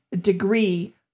degree